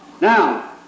Now